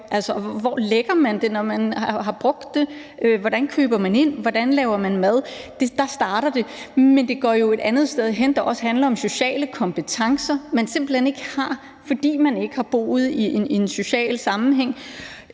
hvor lægger man det, når man har brugt det; hvordan køber man ind; hvordan laver man mad? Der starter det, men det går et andet sted hen, hvor det også handler om sociale kompetencer, som man simpelt hen ikke har, fordi man ikke har boet i en social sammenhæng.